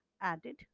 added